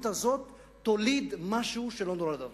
הזאת תוליד משהו שלא נולד עד עכשיו.